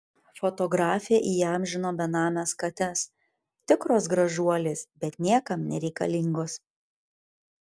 fotografė įamžino benames kates tikros gražuolės bet niekam nereikalingos